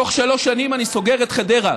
תוך שלוש שנים אני סוגר את חדרה,